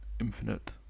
Infinite